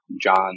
John